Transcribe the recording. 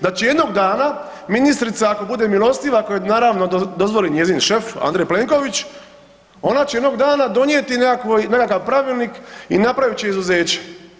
Znači jednog dana ministrica ako bude milostiva, ako joj naravno dozvoli njezin šef Andrej Plenković, ona će jednog dana donijeti nekakav pravilnik i napravit će izuzeće.